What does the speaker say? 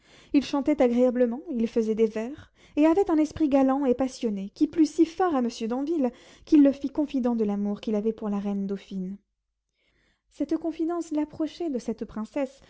il chantait agréablement il faisait des vers et avait un esprit galant et passionné qui plut si fort à monsieur d'anville qu'il le fit confident de l'amour qu'il avait pour la reine dauphine cette confidence l'approchait de cette princesse